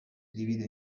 divide